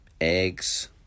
eggs